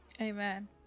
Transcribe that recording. Amen